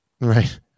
Right